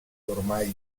ormai